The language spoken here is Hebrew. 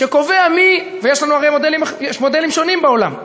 שקובעת מי, ויש הרי מודלים שונים בעולם,